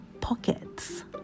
pockets